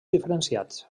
diferenciats